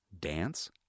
Dance